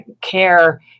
care